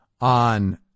on